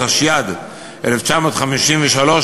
התשי"ד 1953,